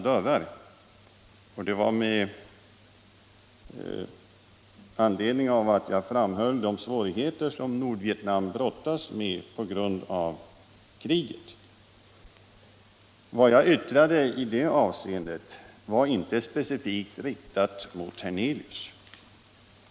Herr Hernelius sade, med anledning av att jag framhöll de svårigheter som Nordvietnam brottas med på grund av kriget, att jag slog in öppna dörrar. Vad jag yttrade i det avseendet var inte särskilt riktat mot herr Hernelius.